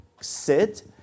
sit